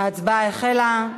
ההצבעה החלה.